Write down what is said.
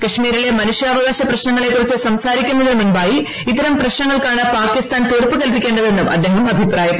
കശ്മീരിലെ മനുഷ്യാവകാശ പ്രശ്നങ്ങളെക്കുറിച്ച് സംസാരിക്കുന്നതിന് മുമ്പായി ഇത്തരം പ്രശ്നങ്ങൾക്കാണ് പാകിസ്ഥാൻ തീർപ്പ് കൽപ്പിക്കേ ത് എന്നും അദ്ദേഹം അഭിപ്രായപ്പെട്ടു